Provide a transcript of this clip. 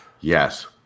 Yes